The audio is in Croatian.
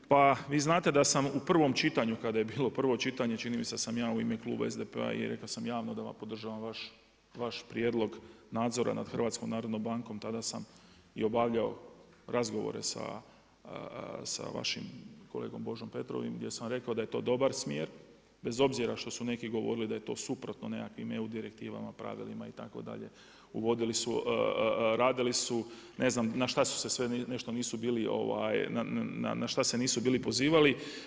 Poštovani kolega Bulj, pa vi znate da sam u prvom čitanju, kada je bilo prvo čitanje, čini mi se da sam ja u ime Kluba SDP-a i rekao sam javno da podržavam vaš prijedlog nadzora nad HNB, tada sam i obavljao razgovore sa vašim kolegom Božo Petrovom, gdje sam rekao da je to dobar smjer, bez obzira što su neki govorili, da je to suprotno nekakvim EU direktivama, pravilima itd., uvodili su, radili su, ne znam na šta su se sve, nešto nisu bili na šta se nisu bili pozivali.